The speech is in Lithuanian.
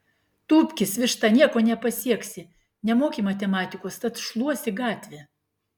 tūpkis višta nieko nepasieksi nemoki matematikos tad šluosi gatvę